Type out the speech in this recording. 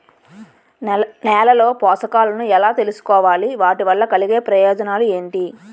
నేలలో పోషకాలను ఎలా తెలుసుకోవాలి? వాటి వల్ల కలిగే ప్రయోజనాలు ఏంటి?